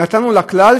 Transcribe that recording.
נתנו לכלל,